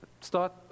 start